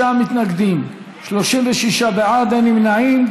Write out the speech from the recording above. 55 מתנגדים, 36 בעד, אין נמנעים.